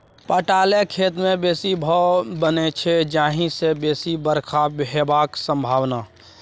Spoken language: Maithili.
पटाएल खेत मे बेसी भाफ बनै छै जाहि सँ बेसी बरखा हेबाक संभाबना